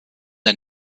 der